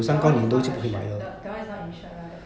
that one is not insure that one is not insured